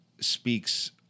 speaks